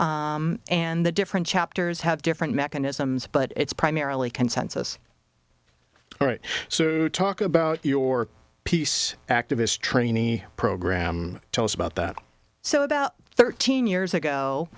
and the different chapters have different mechanisms but it's primarily consensus all right so talk about your peace activist trainee program tell us about that so about thirteen years ago